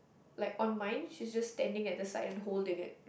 like on mine she just standing at the side and holding it